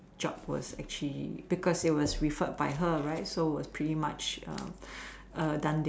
job was actually because it was referred by her right so it was pretty much a done